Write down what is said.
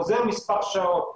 חוזר מספר שעות,